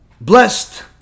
blessed